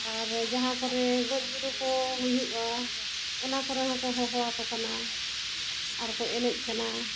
ᱟᱨ ᱡᱟᱦᱟᱸ ᱠᱚᱨᱮ ᱜᱚᱡ ᱜᱩᱨᱩ ᱠᱚ ᱦᱩᱭᱩᱜᱼᱟ ᱚᱱᱟ ᱠᱚᱨᱮ ᱦᱚᱸᱠᱚ ᱦᱚᱦᱚᱣᱟᱠᱚ ᱠᱟᱱᱟ ᱟᱨ ᱠᱚ ᱮᱱᱮᱡ ᱠᱟᱱᱟ